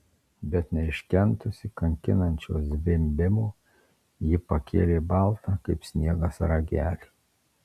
bet neiškentusi kankinančio zvimbimo ji pakėlė baltą kaip sniegas ragelį